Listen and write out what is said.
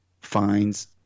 finds